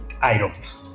items